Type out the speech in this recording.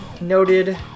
noted